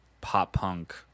pop-punk